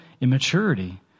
immaturity